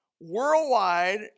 worldwide